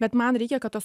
bet man reikia kad tos